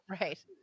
right